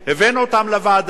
הבאנו אותם לוועדה,